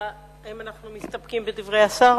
האם אנחנו מסתפקים בדברי השר?